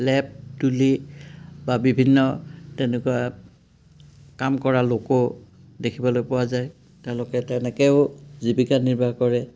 লেপ তুলী বা বিভিন্ন তেনেকুৱা কাম কৰা লোকো দেখিবলৈ পোৱা যায় তেওঁলোকে তেনেকৈও জীৱিকা নিৰ্বাহ কৰে